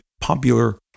popular